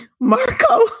Marco